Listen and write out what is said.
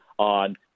on